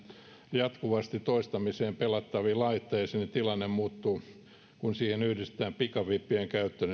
jatkuvasti toistamiseen pelattaviin laitteisiin niin tilanne muuttuu asianosaisille varsin kiusalliseksi kun siihen yhdistetään pikavippien käyttö